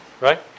right